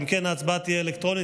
ההצבעה תהיה אלקטרונית.